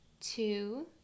Two